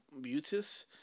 Butis